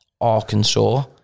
Arkansas